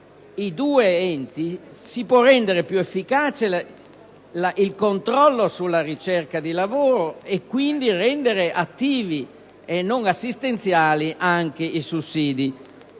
i due enti, si può rendere più efficace il controllo sulla ricerca di lavoro e quindi rendere attivi e non assistenziali anche i sussidi.